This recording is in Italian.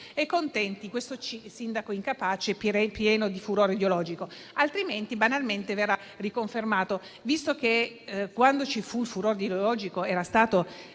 e contenti questo sindaco incapace e pieno di furore ideologico, altrimenti banalmente verrà riconfermato. Visto che, quando ci fu il furore ideologico, era stato